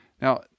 Now